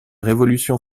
révolution